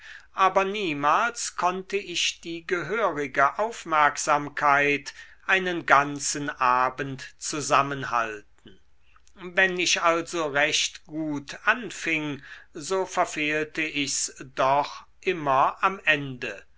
aber niemals konnte ich die gehörige aufmerksamkeit einen ganzen abend zusammenhalten wenn ich also recht gut anfing so verfehlte ich's doch immer am ende